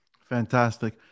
fantastic